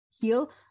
heal